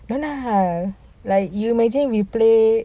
ya lah like you imagine we play